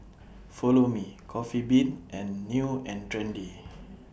Follow Me Coffee Bean and New and Trendy